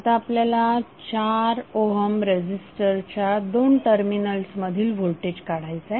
आता आपल्याला 4 ohm resistor च्या दोन टर्मिनल्स मधील व्होल्टेज काढायचे आहे